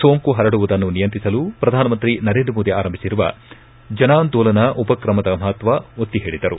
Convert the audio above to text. ಸೋಂಕು ಪರಡುವುದನ್ನು ನಿಯಂತ್ರಿಸಲು ಪ್ರಧಾನಮಂತ್ರಿ ನರೇಂದ್ರ ಮೋದಿ ಆರಂಭಿಸಿರುವ ಜನಾಂದೋಲನ ಉಪಕ್ರಮದ ಮಪತ್ವ ಒತ್ತಿ ಹೇಳಿದರು